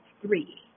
three